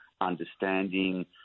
understanding